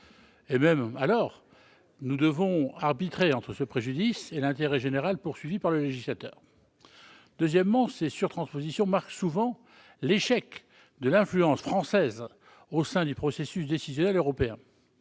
travail fait, nous devons encore arbitrer entre le préjudice subi et l'intérêt général poursuivi par le législateur. Deuxièmement, ces surtranspositions marquent souvent l'échec de l'influence française au sein du processus décisionnel européen.